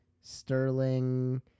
Sterling